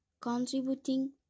contributing